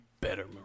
better